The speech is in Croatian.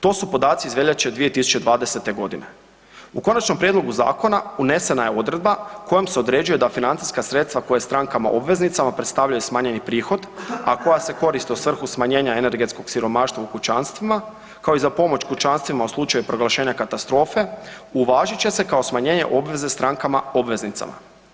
To su podaci iz veljače 2020.g. U konačnom prijedlogu zakona unesena je odredba kojom se određuje da financijska sredstva koje strankama obveznicama predstavljaju smanjeni prihod, a koja se koriste u svrhu smanjenja energetskog siromaštva u kućanstvima, kao i za pomoć kućanstvima u slučaju proglašenja katastrofe uvažit će se kao smanjenje obveze strankama obveznicama.